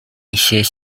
一些